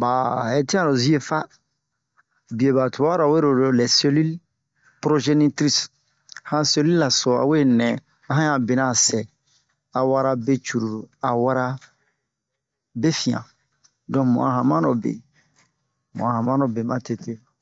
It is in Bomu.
ba hɛtian lo zie fa bie ba tubara we ro lɛ selil progenitrise han selil la so a we nɛ a han yan bina sɛ a wara be cruru a wara be fi'an don mu'a hanmano be mu'a hanmano be ma tete ɲɲɲɲ